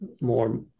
more